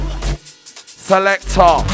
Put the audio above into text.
Selector